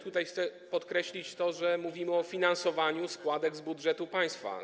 Tutaj chcę podkreślić, że mówimy o finansowaniu składek z budżetu państwa.